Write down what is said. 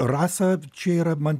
rasa čia yra man